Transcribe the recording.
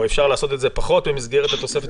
או אפשר לעשות את זה פחות במסגרת התוספת